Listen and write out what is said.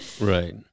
Right